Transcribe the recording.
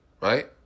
right